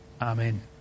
Amen